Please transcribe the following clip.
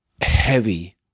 heavy